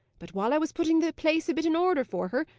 but, while i was putting the place a bit in order for her,